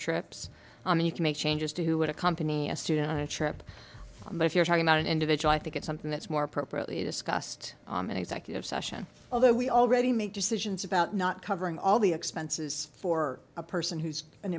trips i mean you can make changes to who would accompany a student trip but if you're talking about an individual i think it's something that's more appropriately discussed and executive session although we already make decisions about not covering all the expenses for a person who's an